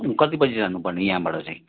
कति बजे जानुपर्ने यहाँबाट चाहिँ